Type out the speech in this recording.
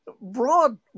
broad